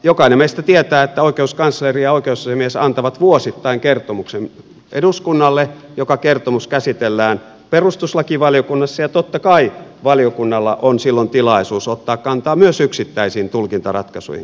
jokainen meistä tietää että oikeuskansleri ja oikeusasiamies antavat vuosittain kertomuksen eduskunnalle joka kertomus käsitellään perustuslakivaliokunnassa ja totta kai valiokunnalla on silloin tilaisuus ottaa kantaa myös yksittäisiin tulkintaratkaisuihin